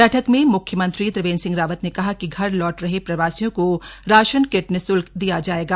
बैठक में मुख्यमंत्री त्रिवेंद्र सिंह रावत ने कहा कि घर लौट रहे प्रवासियों को राशन किट निश्ल्क दिया जाएगा